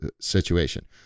situation